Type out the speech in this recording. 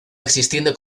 existiendo